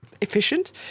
efficient